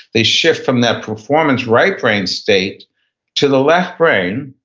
they shift from their performance right-brained state to the left brain,